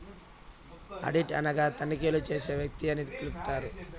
audit అనగా తనిఖీలు చేసే వ్యక్తి అని పిలుత్తారు